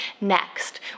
next